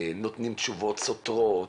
נותנים תשובות סותרות,